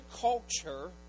culture